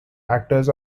actors